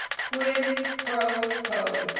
quid pro quo.